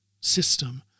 system